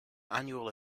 annual